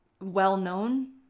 well-known